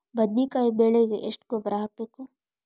ಬದ್ನಿಕಾಯಿ ಬೆಳಿಗೆ ಎಷ್ಟ ಗೊಬ್ಬರ ಹಾಕ್ಬೇಕು?